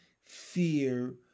fear